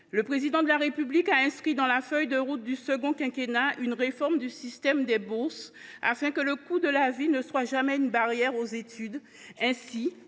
Le Président de la République a inscrit dans la feuille de route du second quinquennat une réforme du système de bourses afin que le coût de la vie ne soit jamais une barrière aux études. Ainsi,